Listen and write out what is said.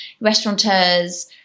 restaurateurs